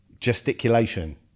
Gesticulation